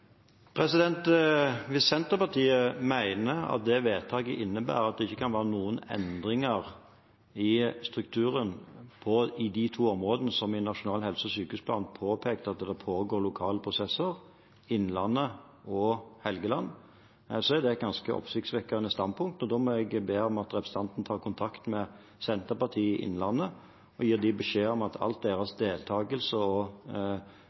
Hvis Senterpartiet mener at det vedtaket innebærer at det ikke kan være noen endringer i strukturen i de to områdene som vi i Nasjonal helse- og sykehusplan påpekte at det pågår lokale prosesser i, Innlandet og Helgeland, er det et ganske oppsiktsvekkende standpunkt. Da må jeg be om at representanten tar kontakt med Senterpartiet i Innlandet og gir dem beskjed om at